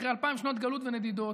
אחרי אלפיים שנות גלות ונדידות,